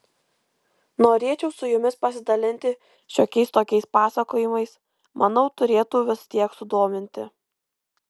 norėčiau su jumis pasidalinti šiokiais tokiais pasakojimais manau turėtų vis tiek sudominti